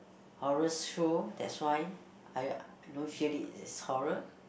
horrors show that's why I I don't feel it is horror